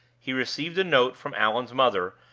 he received a note from allan's mother,